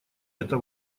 это